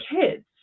kids